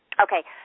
okay